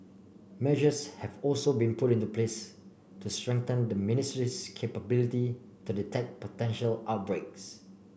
measures have also been put into place to strengthen the ministry's capability to detect potential outbreaks